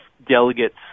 delegates